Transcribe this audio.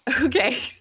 okay